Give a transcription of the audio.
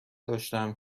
داشتم